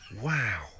Wow